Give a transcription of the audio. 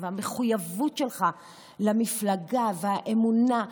המחויבות שלך למפלגה והאמונה.